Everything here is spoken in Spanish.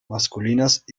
masculinas